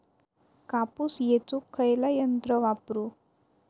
कापूस येचुक खयला यंत्र वापरू?